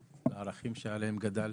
והערכים שעליהם גדלת.